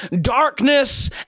darkness